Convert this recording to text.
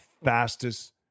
fastest